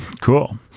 Cool